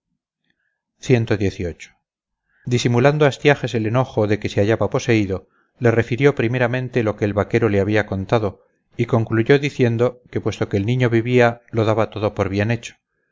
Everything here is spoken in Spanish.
disimulando astiages el enojo de que se hallaba poseído le refirió primeramente lo que el vaquero le había contado y concluyó diciendo que puesto que el niño vivía lo daba todo por bien hecho